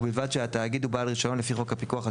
ובלבד שהתאגיד הוא בעל רישיון לפי חוק הפיקוח על